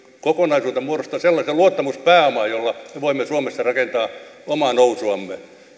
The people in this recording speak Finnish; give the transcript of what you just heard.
kokonaisuutena muodostavat sellaisen luottamuspääoman jolla me voimme suomessa rakentaa omaa nousuamme